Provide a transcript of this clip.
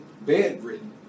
bedridden